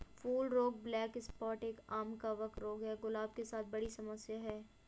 फूल रोग black spot एक, आम कवक रोग है, गुलाब के साथ बड़ी समस्या है